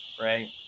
right